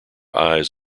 eyes